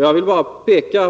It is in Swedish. Jag vill bara